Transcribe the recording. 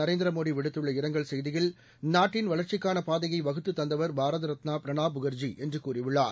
நரேந்திர மோடி விடுத்துள்ள இரங்கல் செய்தியில் நாட்டின் வளர்ச்சிக்கான பாதையை வகுத்துத் தந்தவர் பாரத ரத்னா பிரணாப் முகர்ஜி என்று கூறியுள்ளார்